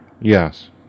Yes